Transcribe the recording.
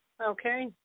Okay